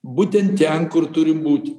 būtent ten kur turim būti